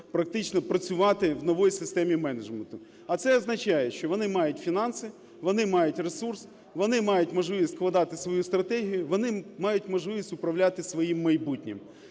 практично працювати в новій системі менеджменту. А це означає, що вони мають фінанси, вони мають ресурс, вони мають можливість складати свою стратегію, вони мають можливість управляти своїм майбутнім.